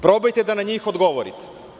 Probajte da na njih odgovorite.